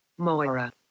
Moira